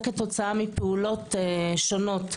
זה כתוצאה מפעולות שונות.